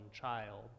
child